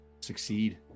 succeed